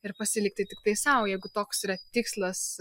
ir pasilikti tiktai sau jeigu toks yra tikslas